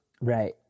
Right